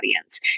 audience